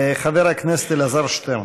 חבר הכנסת אלעזר שטרן.